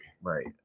Right